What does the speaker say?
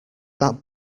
that